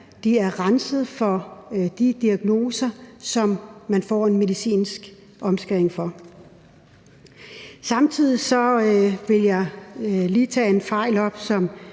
de er renset for de diagnoser, som man får en medicinsk omskæring på baggrund af. Samtidig vil jeg lige tage en fejl op,